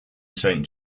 saint